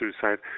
suicide